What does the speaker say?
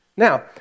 Now